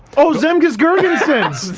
oh, zemgus girgensons!